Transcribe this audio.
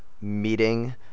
meeting